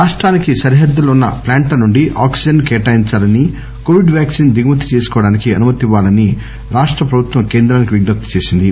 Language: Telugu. రాష్టానికి సరిహద్దుల్లో వున్న ప్లాంట్ల నుండి ఆక్సిజన్ కేటాయించాలని కోవిడ్ వ్యాక్సిన్ దిగుమతి చేసుకోవడానికి అనుమతించాలని రాష్ట ప్రభుత్వం కేంద్రానికి విజ్నప్తి చేసింది